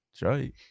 right